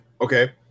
okay